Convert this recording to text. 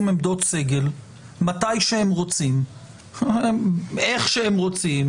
עמדות סגל מתי שהם רוצים ואיך שהם רוצים,